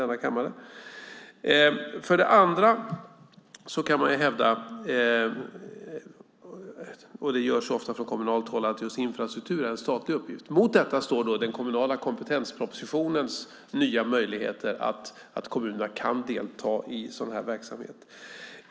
Den andra är att man kan hävda - och det görs ofta från kommunalt håll - att just infrastruktur är en statlig uppgift. Mot detta står de nya möjligheterna i propositionen om kommunal kompetens som gör att kommunerna kan delta i sådan här verksamhet.